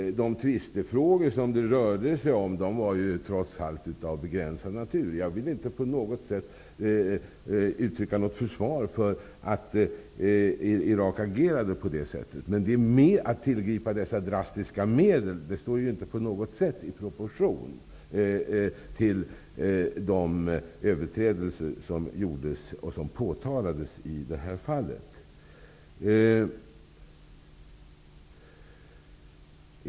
De tvistefrågor som det rörde sig om var trots allt av begränsad natur. Jag vill inte på något sätt uttrycka något försvar för att Irak agerade på detta sätt. Men att tillgripa dessa drastiska medel står inte på något sätt i proportion till de överträdelser som gjordes och som påtalades i detta fall.